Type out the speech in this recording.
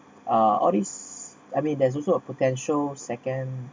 uh all these I mean there's also a potential second